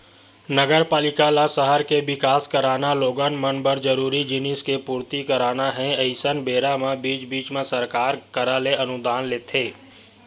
नगरपालिका ल सहर के बिकास कराना लोगन मन बर जरूरी जिनिस के पूरति कराना हे अइसन बेरा म बीच बीच म सरकार करा ले अनुदान लेथे